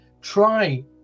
try